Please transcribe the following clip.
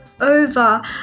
over